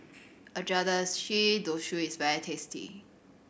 Agedashi Dofu is very tasty